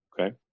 Okay